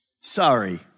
Sorry